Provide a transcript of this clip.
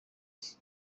age